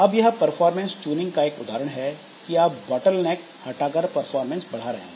अब यह performance tuning का एक उदाहरण है कि आप बोटलनेक हटाकर परफारमेंस बढ़ा रहे हैं